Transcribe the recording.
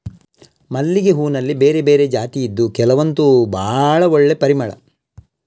ಮಲ್ಲಿಗೆ ಹೂನಲ್ಲಿ ಬೇರೆ ಬೇರೆ ಜಾತಿ ಇದ್ದು ಕೆಲವಂತೂ ಭಾಳ ಒಳ್ಳೆ ಪರಿಮಳ